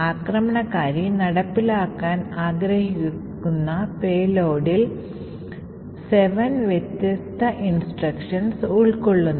ആക്രമണകാരി നടപ്പിലാക്കാൻ ആഗ്രഹിക്കുന്ന Payloadൽ 7 വ്യത്യസ്ത നിർദ്ദേശങ്ങൾ ഉൾക്കൊള്ളുന്നു